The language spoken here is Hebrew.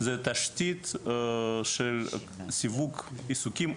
זה תשתית של סיווג עיסוקים,